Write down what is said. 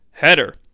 header